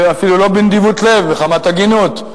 אפילו לא בנדיבות לב, מחמת הגינות,